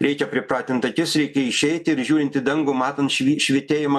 reikia pripratint akis reikia išeiti ir žiūrint į dangų matant švy švytėjimą